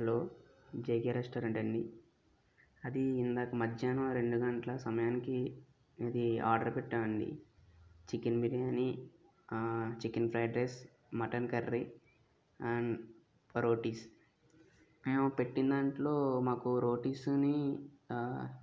hello JK రెస్టారెంటా అండీ అది ఇందాక మధ్యాహ్నం రెండు గంటల సమయానికి ఇది ఆర్డర్ పెట్టామండీ చికెన్ బిర్యానీ ఆ chicken fried rice mutton curry and rotis మేము పెట్టిన దాంట్లో మాకు రోటీసును